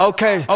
Okay